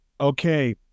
okay